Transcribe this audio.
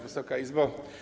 Wysoka Izbo!